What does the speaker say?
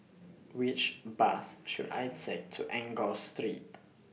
Which Bus should I Take to Enggor Street